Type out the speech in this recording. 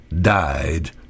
died